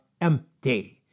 empty